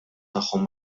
tagħhom